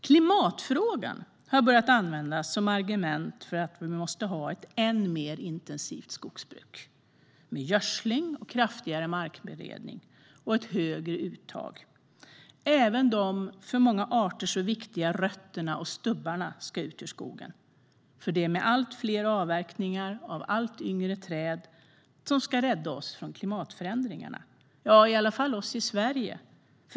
Klimatfrågan har börjat användas som argument för att vi måste ha ett ännu mer intensivt skogsbruk med gödsling, kraftigare markberedning och ett högre uttag. Även de för många arter så viktiga rötterna och stubbarna ska ut ur skogen, för det är allt fler avverkningar av allt yngre träd som ska rädda oss från klimatförändringarna - i alla fall oss i Sverige.